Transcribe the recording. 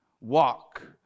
walk